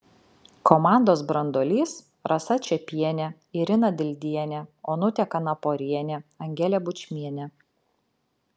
komandos branduolys rasa čepienė irina dildienė onutė kanaporienė angelė bučmienė